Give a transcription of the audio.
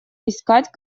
искать